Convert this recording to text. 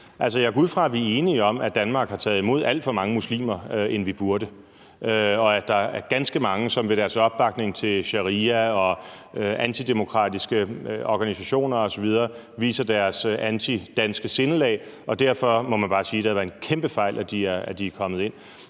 jeg går ud fra, at vi er enige om, at Danmark har taget imod alt for mange muslimer – mange flere, end vi burde – og at der er ganske mange, som ved deres opbakning til sharia og antidemokratiske organisationer osv. viser deres antidanske sindelag, og derfor må man bare sige, at det har været en kæmpe fejl, at de er kommet ind.